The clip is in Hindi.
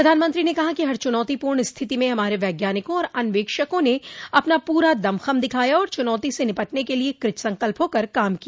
प्रधानमंत्री ने कहा कि हर चुनौतीपूर्ण स्थिति में हमारे वैज्ञानिकों और अन्वेषकों ने अपना पूरा दमखम दिखाया और चुनौती से निपटने के लिए कृत संकल्प होकर काम किया